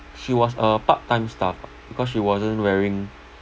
she was a part time staff ah because she wasn't wearing